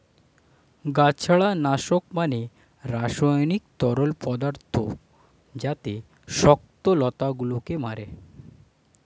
গাছড়া নাশক মানে রাসায়নিক তরল পদার্থ যাতে শক্ত লতা গুলোকে মারে